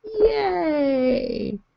yay